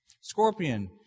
Scorpion